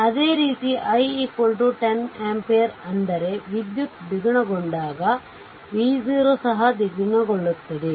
ಅದೇ ರೀತಿ i 10 ampere ಅಂದರೆ ವಿದ್ಯುತ್ ದ್ವಿಗುಣಗೊಂಡಾಗ v0 ಸಹ ದ್ವಿಗುಣಗೊಳ್ಳುತ್ತದೆ